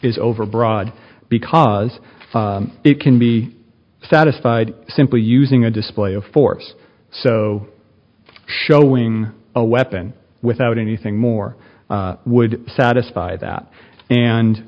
is overbroad because it can be satisfied simply using a display of force so showing a weapon without anything more would satisfy that and